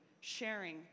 sharing